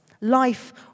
Life